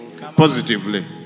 positively